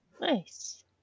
nice